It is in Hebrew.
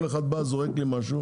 כל אחד בא וזורק משהו